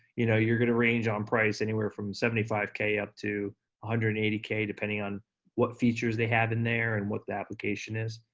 you know, you're gonna range on price anywhere from seventy five k up one hundred and eighty k depending on what features they have in there, and what the application is.